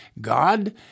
God